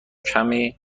کمی